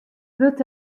wurdt